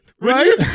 right